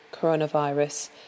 Coronavirus